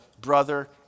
brother